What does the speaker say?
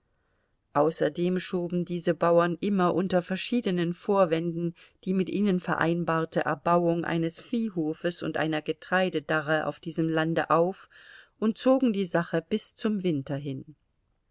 außerdem schoben diese bauern immer unter verschiedenen vorwänden die mit ihnen vereinbarte erbauung eines viehhofes und einer getreidedarre auf diesem lande auf und zogen die sache bis zum winter hin